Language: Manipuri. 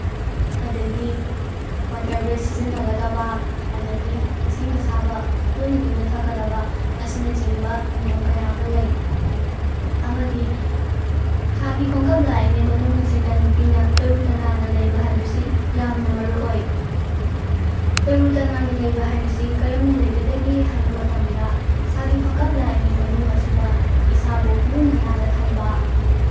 ꯑꯗꯒꯤ ꯋꯥꯇꯔ ꯕꯦꯒ ꯁꯤꯖꯤꯟꯅꯒꯗꯕ ꯑꯗꯒꯤ ꯏꯁꯤꯡ ꯑꯁꯥꯕ ꯇꯣꯏꯅ ꯇꯣꯏꯅ ꯊꯛꯀꯗꯕ ꯑꯁꯤꯅꯆꯤꯡꯕ ꯅꯤꯌꯝ ꯀꯌꯥ ꯑꯃ ꯂꯩ ꯑꯃꯗꯤ ꯊꯥꯒꯤ ꯈꯣꯡꯀꯥꯞ ꯂꯥꯛꯏꯉꯩꯒꯤ ꯃꯅꯨꯡ ꯑꯁꯤꯗ ꯅꯨꯄꯤꯅ ꯇꯔꯨ ꯇꯅꯥꯟꯅ ꯂꯩꯕ ꯍꯥꯏꯕꯁꯤ ꯌꯥꯝꯅ ꯃꯔꯨꯑꯣꯏ ꯇꯔꯨ ꯇꯅꯥꯟꯅ ꯂꯩꯕ ꯍꯥꯏꯕꯁꯤ ꯀꯔꯝꯅ ꯂꯩꯒꯗꯒꯦ ꯍꯥꯏꯕ ꯃꯇꯝꯗ ꯊꯥꯒꯤ ꯈꯣꯡꯀꯥꯞ ꯂꯥꯛꯏꯉꯩꯒꯤ ꯃꯅꯨꯡ ꯑꯁꯤꯗ ꯏꯁꯥꯕꯨ ꯂꯨꯅ ꯅꯥꯟꯅ ꯊꯝꯕ